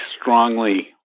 strongly